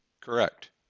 Correct